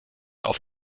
auf